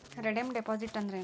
Redeem deposit ಅಂದ್ರೇನ್?